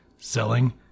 Selling